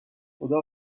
خدا